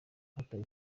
yatawe